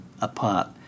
apart